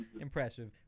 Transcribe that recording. impressive